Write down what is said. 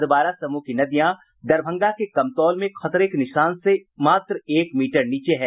अधवारा समूह की नदियां दरभंगा के कमतौल में खतरे के निशान से मात्र एक मीटर नीचे है